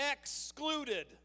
excluded